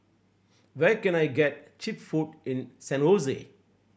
where can I get cheap food in San Jose